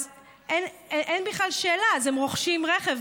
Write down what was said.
אז אין בכלל שאלה, אז הם רוכשים רכב.